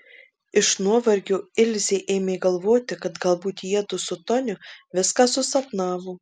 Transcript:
iš nuovargio ilzė ėmė galvoti kad galbūt jiedu su toniu viską susapnavo